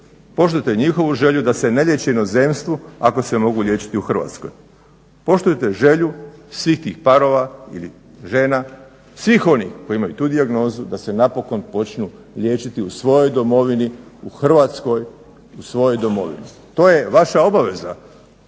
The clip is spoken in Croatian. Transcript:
poštujte njihovu želju da se ne liječe u inozemstvu ako se mogu liječiti u Hrvatskoj. Poštujte želju svih tih parova ili žena, svih onih koji imaju tu dijagnozu da se napokon počnu liječiti u svojoj domovini, u Hrvatskoj u svojoj domovini. To je vaša obaveza,